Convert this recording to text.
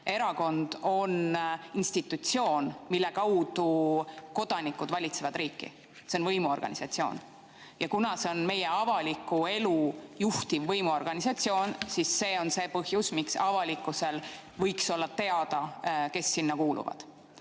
Erakond on institutsioon, mille kaudu kodanikud valitsevad riiki, see on võimuorganisatsioon. Ja kuna see on meie avalikku elu juhtiv võimuorganisatsioon, siis see on see põhjus, miks avalikkusele võiks olla teada, kes sinna kuuluvad.